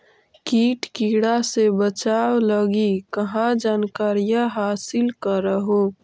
किट किड़ा से बचाब लगी कहा जानकारीया हासिल कर हू?